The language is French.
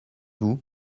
vous